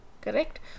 Correct